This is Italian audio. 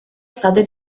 state